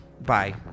bye